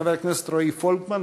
חבר הכנסת רועי פולקמן.